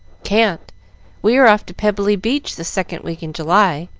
can't we are off to pebbly beach the second week in july.